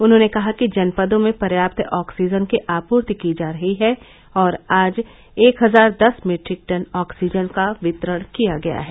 उन्होंने कहा कि जनपदों में पर्याप्त ऑक्सीजन की आपूर्ति की जा रही है और आज एक हजार दस मीट्रिक टन ऑक्सीजन का वितरण किया गया है